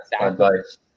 advice